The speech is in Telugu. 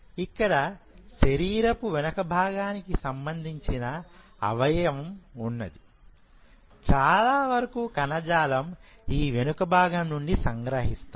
ఇక్కడ శరీరపు వెనక భాగానికి సంబంధించిన అవయవం ఉన్నది చాలా వరకుకణజాలం ఈ వెనుక భాగం నుండి సంగ్రహిస్తాం